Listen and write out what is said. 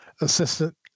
assistant